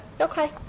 okay